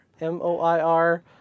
M-O-I-R